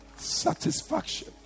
Satisfaction